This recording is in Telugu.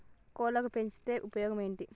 కోళ్లని పెంచితే ఉపయోగం ఏంది?